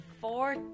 four